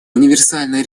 универсальное